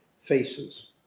faces